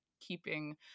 keeping